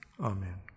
Amen